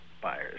buyers